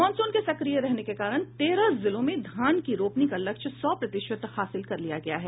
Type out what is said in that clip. monsoon के सक्रिय रहने के कारण तेरह जिलों में धान की रोपनी का लक्ष्य सौ प्रतिशत हासिल कर लिया गया है